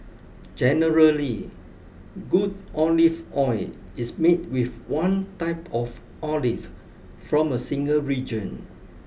generally good olive oil is made with one type of olive from a single region